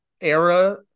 era